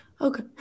Okay